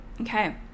Okay